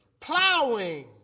Plowing